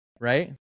right